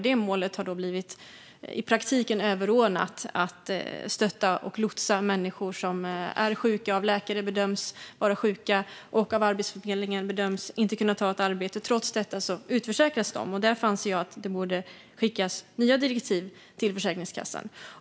Det målet har i praktiken blivit överordnat att stötta och lotsa människor som är sjuka, som av läkare bedöms vara sjuka och som av Arbetsförmedlingen bedöms inte kunna ta ett arbete men som trots detta utförsäkras. Därför anser jag att det borde skickas nya direktiv till Försäkringskassan.